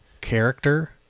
character